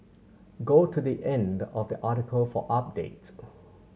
go to the end of the article for update